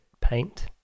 paint